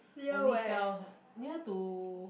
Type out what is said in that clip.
only sells near to